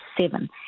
seven